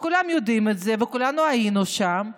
כולם יודעים את זה וכולנו היינו שם,